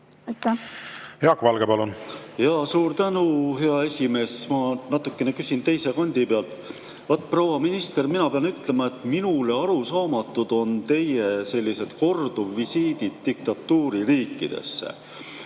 Jaak Valge, palun!